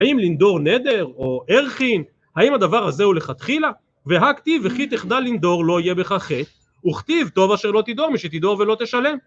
האם לנדור נדר או ערכין, האם הדבר הזה הוא לכתחילה? והא כתיב וכי תחדל לנדור לא יהיה בך חטא, וכתיב טוב אשר לא תדור משתדור ולא תשלם.